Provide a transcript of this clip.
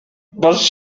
masz